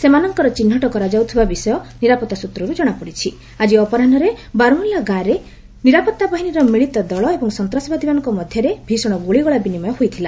ସେମାନଙ୍କର ଚିହ୍ନଟ କରାଯାଉଥିବା ବିଷୟ ନିରପତ୍ତା ସୂତ୍ରରୁ କଣାପଡିଛି ଆଜି ଅପରାହ୍ନରେ ବାରମୁଲା ଗାଁରେ ନିରାପଭାବାହିନୀର ମିଳିତ ଦଳ ଏବଂ ସନ୍ତାସବାଦୀମାନଙ୍କ ମଧ୍ୟରେ ଭୀଷଣ ଗ୍ରଳିଗୋଳା ବିନିମୟ ହୋଇଥିଲା